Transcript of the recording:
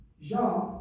Jean